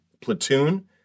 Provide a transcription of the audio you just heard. Platoon